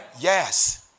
yes